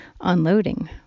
unloading